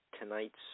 Tonight's